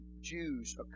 Jews